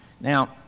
Now